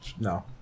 No